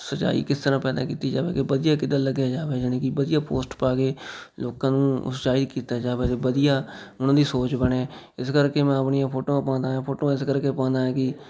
ਸੱਚਾਈ ਕਿਸ ਤਰ੍ਹਾਂ ਪੈਦਾ ਕੀਤੀ ਜਾਵੇ ਕਿ ਵਧੀਆ ਕਿੱਦਾਂ ਲੱਗਿਆ ਜਾਵੇ ਜਾਣੀ ਕਿ ਵਧੀਆ ਪੋਸਟ ਪਾ ਕੇ ਲੋਕਾਂ ਨੂੰ ਸੱਚਾਈ ਕੀਤਾ ਜਾਵੇ ਵਧੀਆ ਉਹਨਾਂ ਦੀ ਸੋਚ ਬਣੇ ਇਸ ਕਰਕੇ ਮੈਂ ਆਪਣੀਆਂ ਫੋਟੋਆਂ ਪਾਉਂਦਾ ਆ ਫੋਟੋ ਇਸ ਕਰਕੇ ਪਾਉਂਦਾ ਕਿ